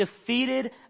defeated